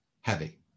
heavy